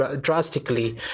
drastically